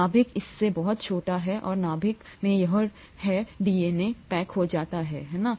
नाभिक इससे बहुत छोटा है और नाभिक में यह हैडीएनए पैक हो जाता है है ना